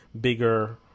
Bigger